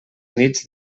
nits